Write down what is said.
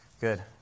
Good